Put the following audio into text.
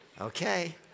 Okay